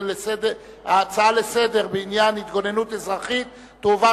לסדר-היום בעניין התגוננות אזרחית תועבר